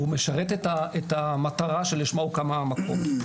וזה משרת את המטרה שלשמה הוקם המקום.